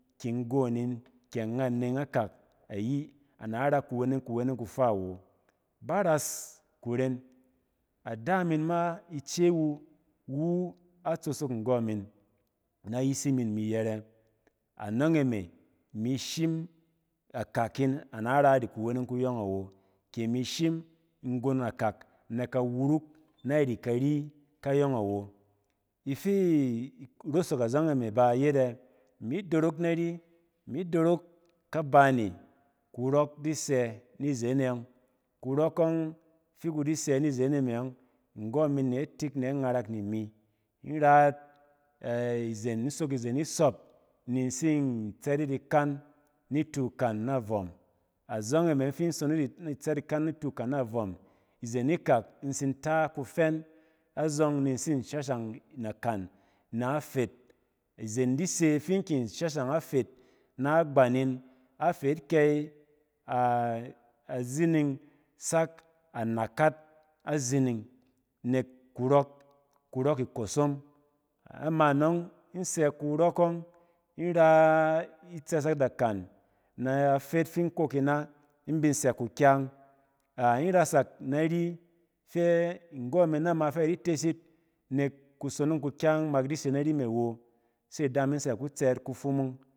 Kɛ nggon nin kɛ anganneng akak ayi ana ra kuwueng, kuweneng kufaa awo. Ba ras kuren. Ada min ma ice wu, iwu atsosok nggↄ nin na yisi min ii yɛrɛ. Anↄng e me, imi shim akakin ana ra iri kuweneng kuyↄng awo. kɛ imi shim nggon akak nɛ ka wuruk nari kari kayↄng awo. Ifi rosok azↄng e me ba yet ɛ, imi dorok nari, imi dorok kaba ne kurↄk di sɛ nizene meng, nggↄ min ne atik nɛ ngarak ni mi. In rat izen in sok izen isↄp ni in tsin tsɛt yit ikan nitu kan na vom. Azↄng e me ↄng fi in sonong yit ni tsɛt ikan ni itu kan na vom. Izen ikak in tsin tat kufɛn azↄng ni in tsin shashang nakan na afet. Izen di se fi in kin shashang afet na agban nin, afet kai a azining sak a nukat azining nek kurↄk, kurↄk ikↄsom. Ama nↄng in sɛ kurↄk ↄng in ra itsɛsɛk da kan na afet fin kok ina in bin sɛ kukyang. A in rasak nari fɛ nggↄ min nama fɛ adites yit nek kusonong kukyang mak di se nai me awo, se ada min tsɛ ka tsɛɛt kufumung.